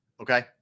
okay